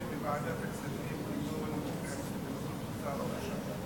דיון בוועדת הכספים בנוכחות שר האוצר.